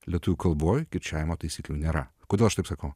lietuvių kalboj kirčiavimo taisyklių nėra kodėl aš taip sakau